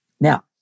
Now